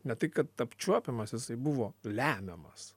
ne tai kad apčiuopiamas jisai buvo lemiamas